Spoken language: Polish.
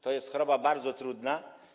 To jest choroba bardzo trudna.